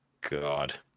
God